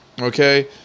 okay